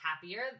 happier